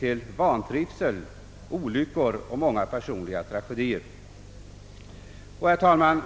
till vantrivsel, olyckor och personliga tragedier. Herr talman!